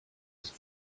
ist